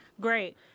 great